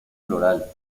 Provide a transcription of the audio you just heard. floral